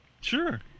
Sure